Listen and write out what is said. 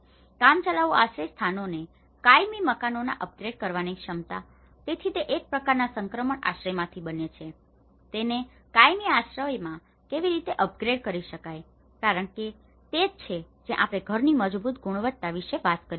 કામચલાઉ આશ્રયસ્થાનોને કાયમી મકાનોમાં અપગ્રેડ કરવાની ક્ષમતા તેથી તે એક પ્રકારનાં સંક્રમણ આશ્રયમાંથી છે તેને કાયમી આશ્રયમાં કેવી રીતે અપગ્રેડ કરી શકાય છે કારણ કે તે જ તે છે જ્યાં આપણે ઘરની મજબૂત ગુણવત્તા વિશે વાત કરીએ છીએ